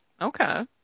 Okay